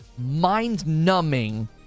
mind-numbing